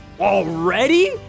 Already